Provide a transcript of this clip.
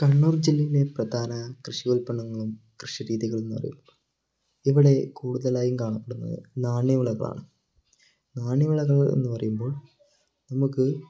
കണ്ണൂർ ജില്ലയിലെ പ്രധാന കൃഷി ഉൽപ്പന്നങ്ങളും കൃഷി രീതികളുമെന്ന് പറയുമ്പോൾ ഇവിടെ കൂടുതലായും കാണപ്പെടുന്നത് നാണ്യ വിളകളാണ് നാണ്യ വിളകൾ എന്ന് പറയുമ്പോൾ നമുക്ക്